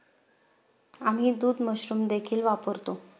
आम्ही दूध मशरूम देखील वापरतो